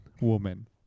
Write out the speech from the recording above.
woman